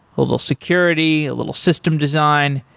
a little security, a little system design.